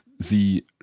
Sie